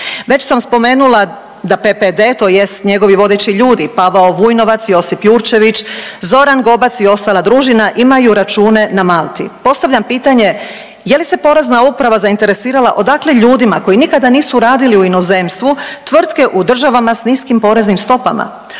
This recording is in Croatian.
Već sam spomenula da PPD tj. njegovi vodeći ljudi Pavao Vujnovac, Josip Jurčević, Zoran Gobac i ostala družina imaju račune na Malti. Postavljam pitanje, je li se porezna uprava zainteresirala odakle ljudima koji nikada nisu radili u inozemstvu tvrtke u državama s niskim poreznim stopama?